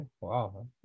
Wow